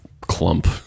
Clump